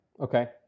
Okay